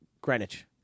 Greenwich